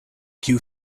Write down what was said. kiu